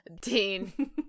Dean